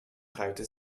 traute